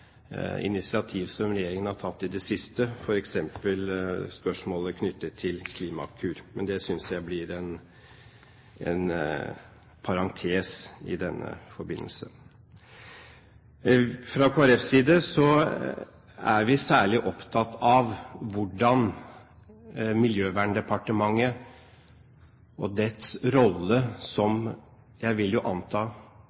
initiativ som regjeringen har tatt i det siste – f.eks. spørsmålet knyttet til Klimakur – men det synes jeg blir en parentes i denne forbindelse. Fra Kristelig Folkepartis side er vi særlig opptatt av